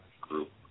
group